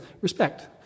respect